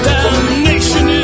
Damnation